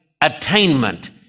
attainment